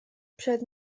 przed